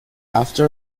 after